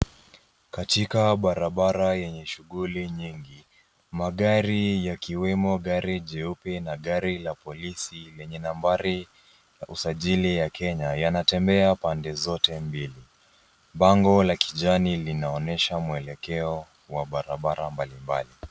Katika barabara yenye shughuli nyingi, magari yakiwemo gari jeupe na gari la polisi lenye nambari ya usajili ya Kenya, yanatembea pande zote mbili. Bango la kijani linaonyesha mwelekeo wa barabara mbalimbali.